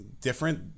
different